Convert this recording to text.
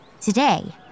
Today